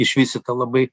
išvystytą labai